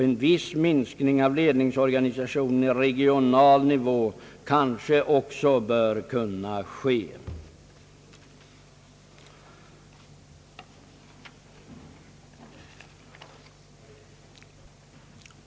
En viss minskning av ledningsorganisationen i regional nivå bör också kunna ske.